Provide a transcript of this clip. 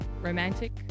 Romantic